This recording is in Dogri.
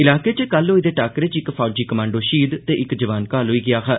इलाके च कल होए दे टाक्करे च इक फौजी कमांडो शहीद ते इक जवान घाऽल होई गेआ हा